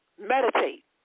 Meditate